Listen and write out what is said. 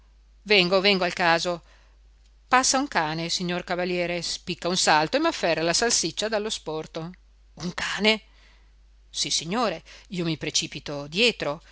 vengo vengo al caso passa un cane signor cavaliere spicca un salto e m'afferra la salsiccia dallo sporto un cane sissignore io mi precipito dietro